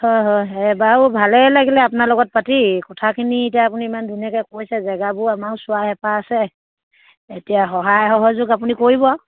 হয় হয় সেয়া বাৰু ভালেই লাগিলে আপোনাৰ লগত পাতি কথাখিনি এতিয়া আপুনি ইমান ধুনীয়াকৈ কৈছে জেগাবোৰ আমাৰ চোৱা হেঁপাহ আছে এতিয়া সহায় সহযোগ আপুনি কৰিব আৰু